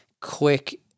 quick